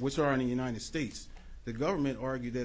which are in the united states the government argue that